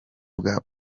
bwa